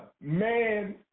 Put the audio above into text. man